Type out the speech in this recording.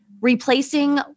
replacing